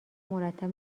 مرتب